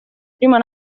prima